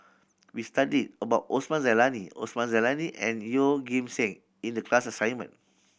we studied about Osman Zailani Osman Zailani and Yeoh Ghim Seng in the class assignment